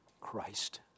Christ